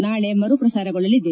ನಾಳೆ ಮರು ಪ್ರಸಾರಗೊಳ್ಳಲಿದೆ